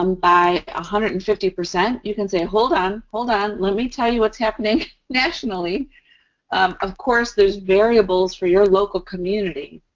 um by a one hundred and fifty percent you can say, hold on, hold on. let me tell you what's happening nationally of course, there's variables for your local community,